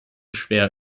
schwer